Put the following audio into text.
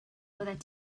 byddet